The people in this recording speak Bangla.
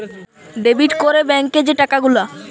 ডেবিট ক্যরে ব্যাংকে যে টাকা গুলা